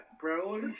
bro